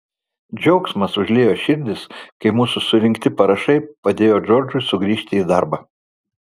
džiaugsmas užliejo širdis kai mūsų surinkti parašai padėjo džordžui sugrįžti į darbą